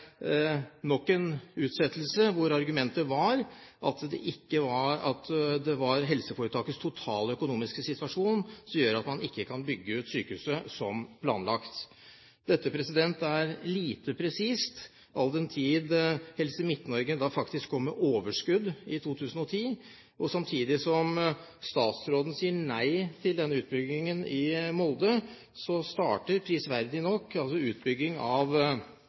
nok en utsettelse hvor argumentet var at det var helseforetakets totale økonomiske situasjon som gjør at man ikke kan bygge ut sykehuset som planlagt. Dette er lite presist, all den tid Helse Midt-Norge faktisk gikk med overskudd i 2010. Samtidig som statsråden sier nei til denne utbyggingen i Molde, starter prisverdig nok utbygging av